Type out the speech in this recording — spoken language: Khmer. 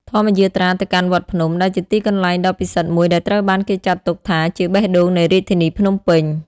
ធម្មយាត្រាទៅកាន់វត្តភ្នំ ដែលជាទីកន្លែងដ៏ពិសិដ្ឋមួយដែលត្រូវបានគេចាត់ទុកថាជាបេះដូងនៃរាជធានីភ្នំពេញ។